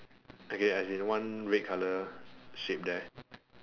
okay as in one red color shape there